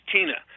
Tina